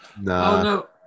No